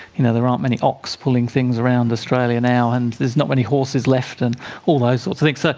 you know there aren't many oxen pulling things around australia now, and there's not many horses left and all those sorts like so